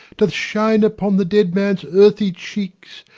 doth shine upon the dead man's earthy cheeks,